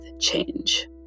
change